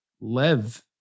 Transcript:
live